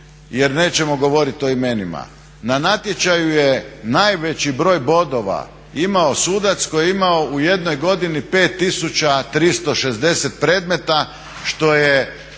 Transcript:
jer nećemo govorit o imenima. Na natječaju je najveći broj bodova imao sudac koji je imao u jednoj godini 5360 predmeta što je